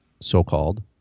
so-called